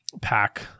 pack